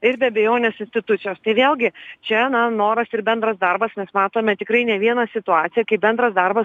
ir be abejonės institucijos tai vėlgi čia na noras ir bendras darbas nes matome tikrai ne vieną situaciją kai bendras darbas